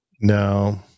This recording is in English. No